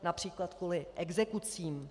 Například kvůli exekucím.